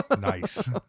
Nice